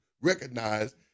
recognize